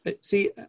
See